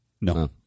No